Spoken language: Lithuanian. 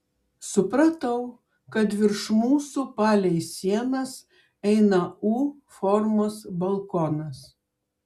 supratau kad virš mūsų palei sienas eina u formos balkonas